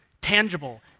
tangible